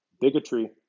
bigotry